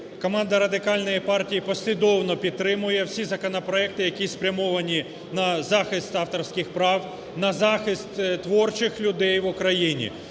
Команда Радикальної партії послідовно підтримує всі законопроекти, які спрямовані на захист авторських прав, на захист творчих людей в Україні.